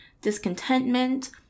discontentment